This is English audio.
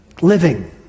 living